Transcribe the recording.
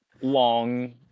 long